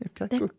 Okay